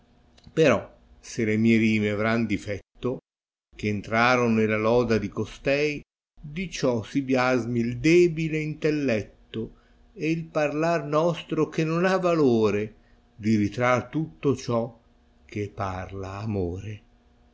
però se le mie rime avran difetto cb entraron nella loda di costei di ciò si biasmi il debile intelletto e parlar nostro che non ha valore di rtrar tutto ciò che parla amore